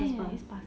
just pass